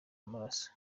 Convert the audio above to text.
amaraso